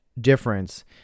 difference